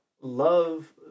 love